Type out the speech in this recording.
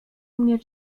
mnie